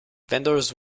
vendors